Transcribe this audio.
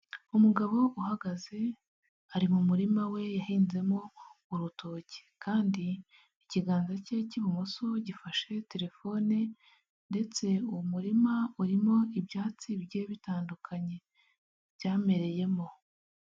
Umugabo uhagaze, ari mu murima we yahinzemo urutoki. Kandi ikiganza cye cy'ibumoso gifashe terefone, ndetse uwo murima urimo ibyatsi bigiye bitandukanye, byamereyemo.